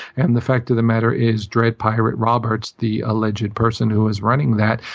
and the fact of the matter is drug pirate roberts, the alleged person who was running that,